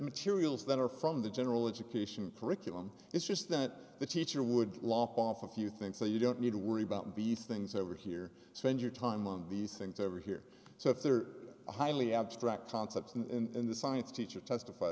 materials that are from the general education curriculum it's just that the teacher would lock off a few things that you don't need to worry about be things over here spend your time on these things over here so if there are highly abstract concepts and the science teacher testif